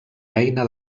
eina